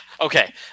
Okay